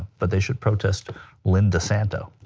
but they should protest lynne disanto.